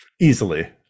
easily